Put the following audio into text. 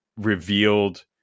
revealed